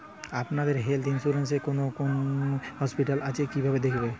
আপনাদের health insurance এ কোন কোন হসপিটাল আছে কিভাবে দেখবো?